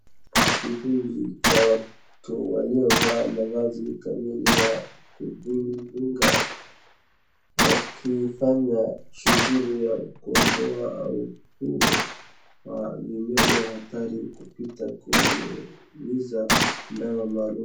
Kikundi cha watu waliovaa mavazi kamili ya kujikinga, wakifanya shughuli ya kuondoa au kuua vimelea hatari kupita kunyunyizia dawa maalum.